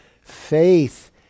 FAITH